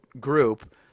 group